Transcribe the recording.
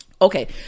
Okay